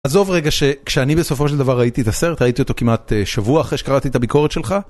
עזוב רגע שכשאני בסופו של דבר ראיתי את הסרט, ראיתי אותו כמעט שבוע אחרי שקראתי את הביקורת שלך.